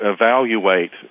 evaluate